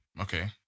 Okay